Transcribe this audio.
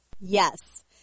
Yes